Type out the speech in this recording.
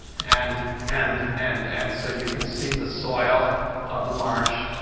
and and and and so you can see the soil of the marsh.